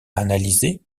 analyser